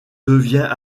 devient